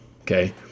okay